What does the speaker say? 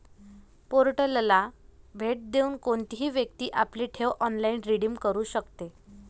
पोर्टलला भेट देऊन कोणतीही व्यक्ती आपली ठेव ऑनलाइन रिडीम करू शकते